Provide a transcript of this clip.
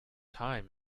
time